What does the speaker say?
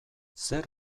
zer